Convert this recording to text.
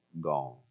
gone